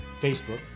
Facebook